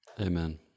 Amen